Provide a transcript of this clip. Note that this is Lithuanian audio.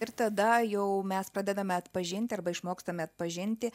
ir tada jau mes padedame atpažinti arba išmokstame atpažinti